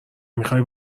میخوای